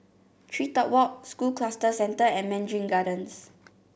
TreeTop Walk School Cluster Centre and Mandarin Gardens